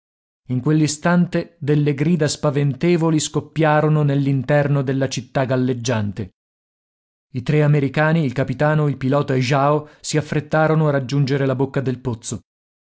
in quell'istante delle grida spaventevoli scoppiarono nell'interno della città galleggiante i tre americani il capitano il pilota e jao si affrettarono a raggiungere la bocca del pozzo